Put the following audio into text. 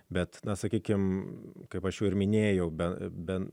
bet na sakykime kaip aš jau ir minėjau bet bent